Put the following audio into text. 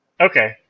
Okay